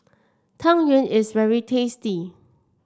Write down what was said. Tang Yuen is very tasty